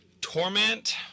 Torment